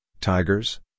tigers